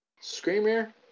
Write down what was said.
Screamer